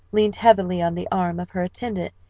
leaned heavily on the arm of her attendant,